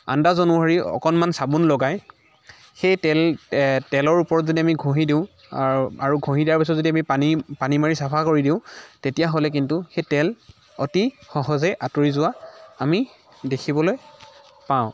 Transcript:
আন্দাজ অনুসৰি অকনমান চাবোন লগাই সেই তেল তেলৰ ওপৰত যদি আমি ঘঁহি দিওঁ আৰু আৰু ঘঁহি দিয়াৰ পিছত যদি পানী পানী মাৰি চাফা কৰি দিওঁ তেতিয়াহ'লে কিন্তু সেই তেল অতি সহজে আঁতৰি যোৱা আমি দেখিবলৈ পাওঁ